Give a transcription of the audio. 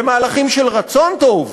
זה מהלכים של רצון טוב.